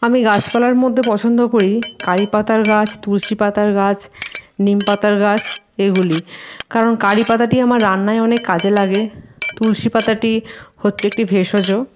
আমি গাছপালার মধ্যে পছন্দ করি কারি পাতার গাছ তুলসী পাতার গাছ নিম পাতার গাছ এগুলি কারণ কারি পাতাটি আমার রান্নায় অনেক কাজে লাগে তুলসী পাতাটি হচ্ছে একটা ভেষজ